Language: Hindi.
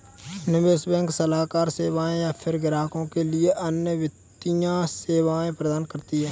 निवेश बैंक सलाहकार सेवाएँ या फ़िर ग्राहकों के लिए अन्य वित्तीय सेवाएँ प्रदान करती है